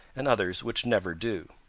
and others which never do.